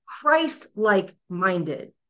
Christ-like-minded